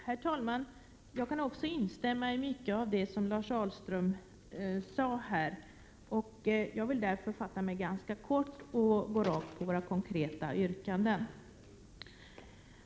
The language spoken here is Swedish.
Herr talman! Jag kan i mycket också instämma i vad som Lars Ahlström här sade. Jag skall därför fatta mig ganska kort och gå rakt på våra konkreta yrkanden.